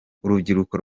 urubyiruko